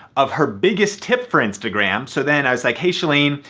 of her biggest tip for instagram. so then i was like, hey chalene,